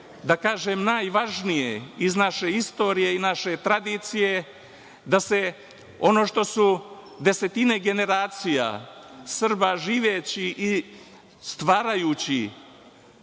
da kažem, najvažnije iz naše istorije i naše tradicije, da ono što su desetine generacija Srba, živeći i stvarajući